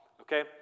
okay